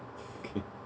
okay